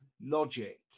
logic